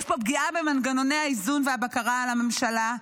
יש פה פגיעה במנגנוני האיזון והבקרה על הממשלה,